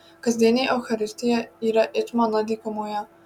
kasdienė eucharistija yra it mana dykumoje